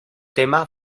tema